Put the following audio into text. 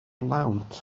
lawnt